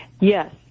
Yes